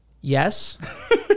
Yes